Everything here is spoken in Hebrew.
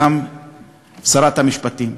גם עם שרת המשפטים.